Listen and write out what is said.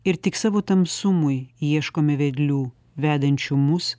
ir tik savo tamsumui ieškome vedlių vedančių mus